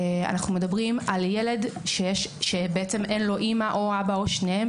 אנחנו מדברים על ילד שבעצם אין לו אימא או אבא או שניהם,